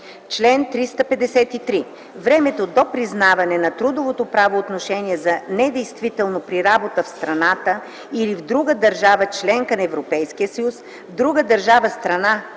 Чл. 353. Времето до признаване на трудовото правоотношение за недействително при работа в страната или в друга държава – членка на Европейския съюз, в друга държава – страна